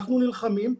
אנחנו נלחמים,